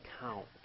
count